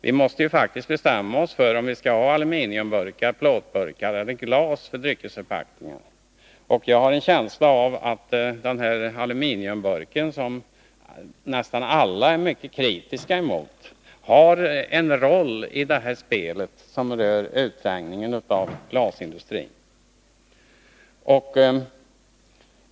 Vi måste bestämma oss för om vi skall ha aluminiumburkar, plåtburkar eller glas till dryckesförpackningar. Och jag har en känsla av att aluminiumburken, som nästan alla är mycket kritiska mot, har en roll i det här spelet som gäller utträngning av glasindustrin.